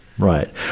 Right